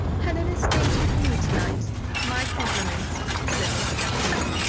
helena stays with me to-night my compliments, said lady delacour.